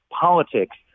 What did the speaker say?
politics